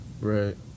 Right